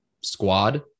squad